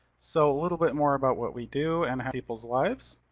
so a little bit more about what we do and people's lives.